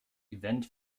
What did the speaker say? event